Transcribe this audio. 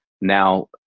now